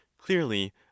clearly